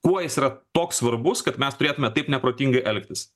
kuo jis yra toks svarbus kad mes turėtume taip neprotingai elgtis